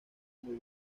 muy